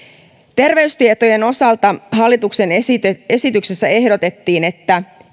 terveystietojen osalta hallituksen esityksessä esityksessä ehdotettiin että